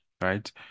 right